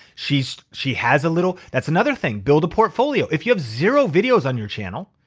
she so she has a little, that's another thing, build a portfolio. if you have zero videos on your channel,